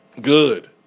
Good